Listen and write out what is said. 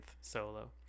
solo